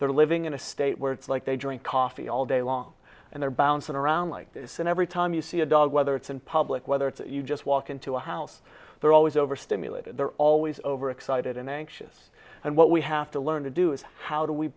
they're living in a state where it's like they drink coffee all day long and they're bouncing around like this and every time you see a dog whether it's in public whether it's you just walk into a house they're always over stimulated they're always over excited and anxious and what we have to learn to do is how do we